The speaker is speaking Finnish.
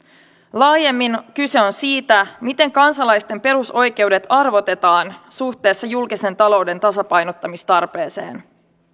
laajemmin kyse on siitä miten kansalaisten perusoikeudet arvotetaan suhteessa julkisen talouden tasapainottamistarpeeseen